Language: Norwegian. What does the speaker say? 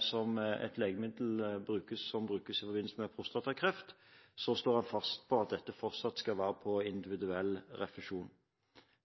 som er et legemiddel som brukes i forbindelse med prostatakreft, står en fast på at dette fortsatt skal være på individuell refusjon –